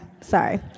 Sorry